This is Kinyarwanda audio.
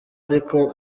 ariko